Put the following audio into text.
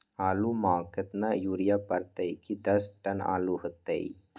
आलु म केतना यूरिया परतई की दस टन आलु होतई?